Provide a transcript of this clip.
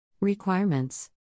Requirements